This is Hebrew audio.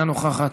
אינה נוכחת.